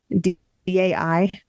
D-A-I